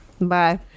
bye